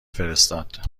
فرستاد